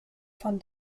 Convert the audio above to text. von